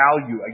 value